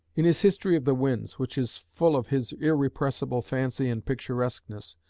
in his history of the winds, which is full of his irrepressible fancy and picturesqueness,